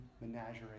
menagerie